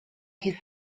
his